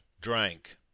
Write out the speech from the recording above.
drank